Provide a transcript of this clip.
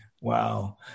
Wow